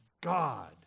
God